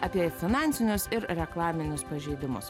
apie finansinius ir reklaminius pažeidimus